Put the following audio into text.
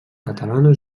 catalana